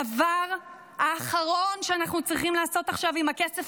הדבר האחרון שאנחנו צריכים לעשות עכשיו עם הכסף